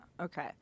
okay